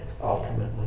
ultimately